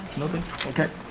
nothing, okay.